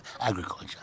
agriculture